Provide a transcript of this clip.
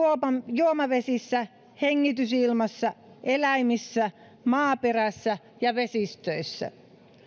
juomavesissä hengitysilmassa eläimissä maaperässä ja vesistöissä